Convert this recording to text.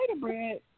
bread